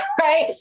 right